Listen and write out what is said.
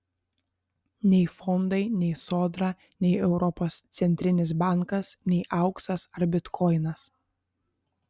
nei fondai nei sodra nei europos centrinis bankas nei auksas ar bitkoinas